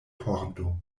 pordo